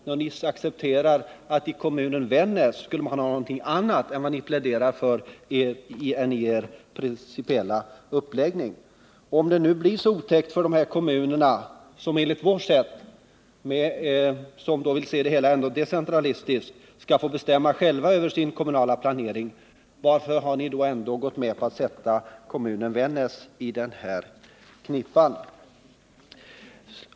Ni accepterar ju att i Vännäs skall man ha någonting annat än vad ni pläderar för i er principiella uppläggning. Om det nu blir så otäckt för kommunerna, som enligt vår uppfattning — och vi vill ändå se det hela decentralistiskt — skall få bestämma själva över sina kommunala planer, varför har ni då gått med på att sätta kommunen Vännäs i den här knipan?